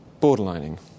Borderlining